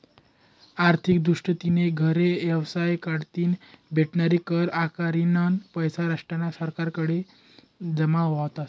आर्थिक दृष्टीतीन घरे आणि येवसाय कढतीन भेटनारी कर आकारनीना पैसा राष्ट्रना सरकारकडे जमा व्हतस